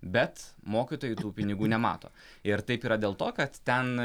bet mokytojai tų pinigų nemato ir taip yra dėl to kad ten